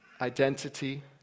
Identity